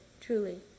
truly